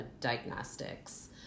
diagnostics